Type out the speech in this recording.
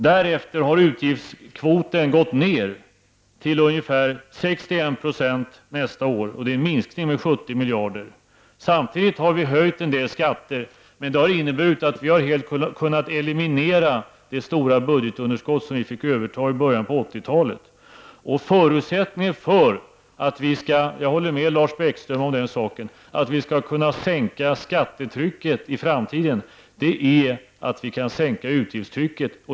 Därefter har utgiftskvoten gått ner -- till ungefär 61 % nästa år, och det är en minskning med 70 miljarder. Samtidigt har vi höjt en del skatter. Men det har inneburit att vi helt har kunna eliminera det stora budgetunderskott som vi fick överta i början av 1980-talet. En förutsättning för att vi skall kunna sänka skattetrycket i framtiden -- jag håller med Lars Bäckström på den punkten -- är att vi kan sänka utgiftstrycket.